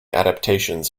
adaptations